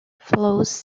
flows